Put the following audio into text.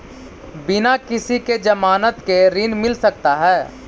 बिना किसी के ज़मानत के ऋण मिल सकता है?